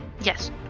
Yes